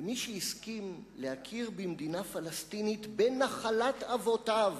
ומי שהסכים להכיר במדינה פלסטינית בנחלת אבותיו